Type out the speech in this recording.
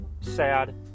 sad